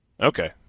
Okay